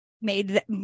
made